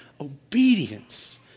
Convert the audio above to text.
obedience